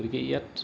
গতিকে ইয়াত